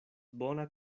bona